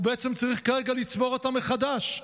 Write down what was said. והוא צריך כרגע לצבור אותה מחדש.